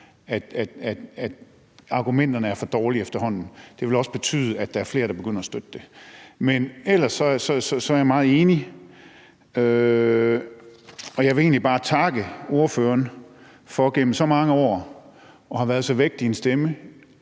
at argumenterne efterhånden er for dårlige. Det vil også betyde, at der er flere, der begynder at støtte det her. Ellers er jeg meget enig, og jeg vil egentlig bare takke ordføreren for gennem så mange år at have været så vægtig en stemme